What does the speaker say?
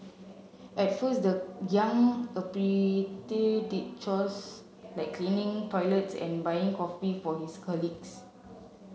at first the young apprentice did chores like cleaning toilets and buying coffee for his colleagues